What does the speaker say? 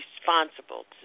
Responsible